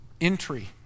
entry